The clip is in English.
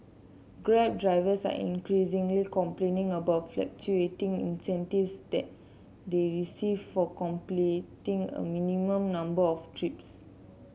grab drivers are increasingly complaining about fluctuating incentives they receive for completing a minimum number of trips